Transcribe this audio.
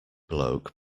bloke